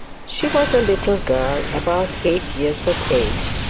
she was a little girl, about eight years of age,